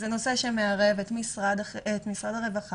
זה נושא שמערב את משרד הרווחה,